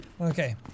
Okay